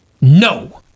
No